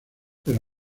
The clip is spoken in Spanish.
pero